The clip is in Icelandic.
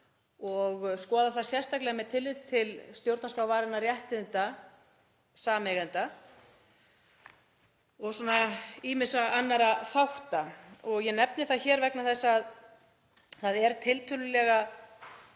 og skoða það sérstaklega með tilliti til stjórnarskrárvarinna réttinda sameigenda og ýmissa annarra þátta. Ég nefni þetta hér vegna þess að það er tiltölulega